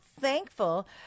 thankful